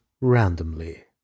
randomly